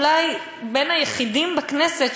אולי בין היחידים בכנסת,